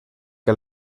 que